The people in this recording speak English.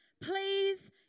Please